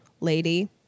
lady